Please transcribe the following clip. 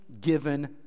given